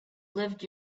lived